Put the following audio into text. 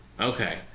Okay